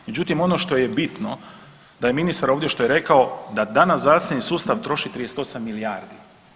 Međutim, ono što je bitno da je ministar ovdje što je rekao da danas zdravstveni sustav troši 38 milijardi.